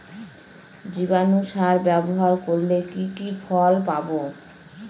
জীবাণু সার ব্যাবহার করলে কি কি ফল পাবো?